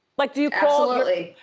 like, do you call. absolutely.